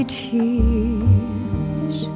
tears